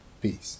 Peace